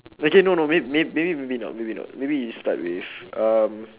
legit no no may~ may~ maybe not maybe not maybe you start with um